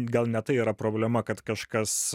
gal ne tai yra problema kad kažkas